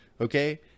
Okay